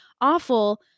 awful